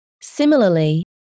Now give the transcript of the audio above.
Similarly